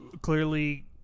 clearly